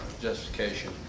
justification